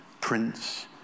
Prince